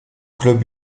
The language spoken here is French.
club